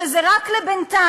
שזה רק בינתיים.